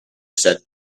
said